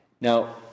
Now